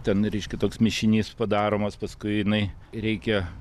ten reiškia toks mišinys padaromas paskui jinai reikia